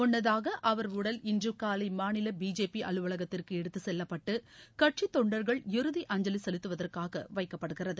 முன்னதாக அவர் உடல் இன்று காலை மாநில பிஜேபி அலுவலகத்திற்கு எடுத்து செல்லப்பட்டு கட்சி தொண்டர்கள் இறுதி அஞ்சலி செலுத்துவற்காக வைக்கப்படுகிறது